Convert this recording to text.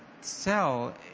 sell